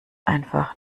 einfach